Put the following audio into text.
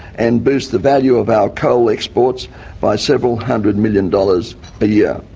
and boost the value of our coal exports by several hundred million dollars a year.